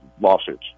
lawsuits